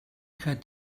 ihrer